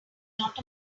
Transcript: not